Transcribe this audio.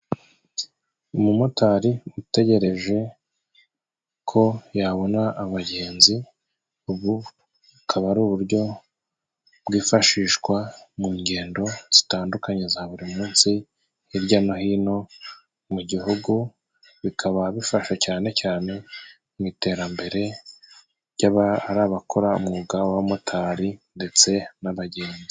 Umumotari utegereje ko yabona abagenzi ubu akaba ari uburyo bwifashishwa mu ngendo zitandukanye za buri munsi hirya no hino mu gihugu, bikaba bifasha cyane cyane mu iterambere ry'aba ari abakora umwuga w'abamotari ndetse n'abagenzi.